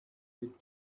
with